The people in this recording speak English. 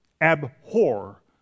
Abhor